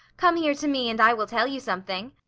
come here to me, and i will tell you something.